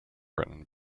written